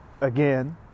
again